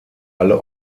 alle